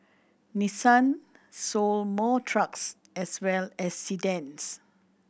Nissan sold more trucks as well as sedans